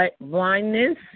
Blindness